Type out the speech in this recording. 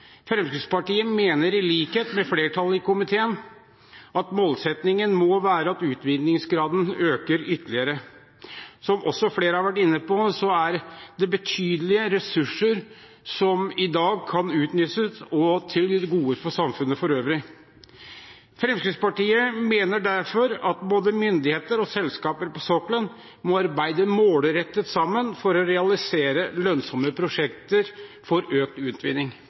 Fremskrittspartiet mener i likhet med flertallet i komiteen at målsettingen må være at utvinningsgraden øker ytterligere. Som også flere har vært inne på, er det betydelige ressurser som i dag kan utnyttes, til gode for samfunnet for øvrig. Fremskrittspartiet mener derfor at både myndigheter og selskaper på sokkelen må arbeide målrettet sammen for å realisere lønnsomme prosjekter for økt utvinning.